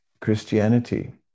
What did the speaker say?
Christianity